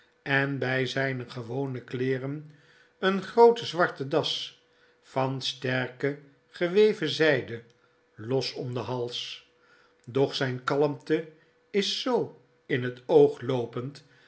en by zyne gewone kleeren eene groote zwarte das van sterke geweven zyde los om den hals doch zyne kalmte is zoo in het oogloopend